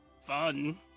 fun